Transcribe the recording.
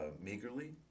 meagerly